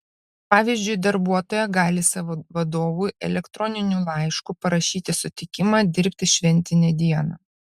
pavyzdžiui darbuotoja gali savo vadovui elektroniniu laišku parašyti sutikimą dirbti šventinę dieną